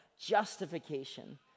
justification